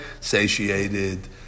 satiated